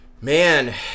Man